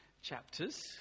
chapters